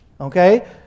okay